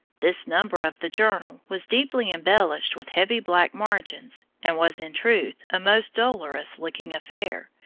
this number of the journal was deeply embellished with heavy black margins, and was in truth a most dolorous looking affair,